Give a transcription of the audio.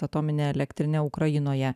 atomine elektrine ukrainoje